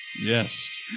Yes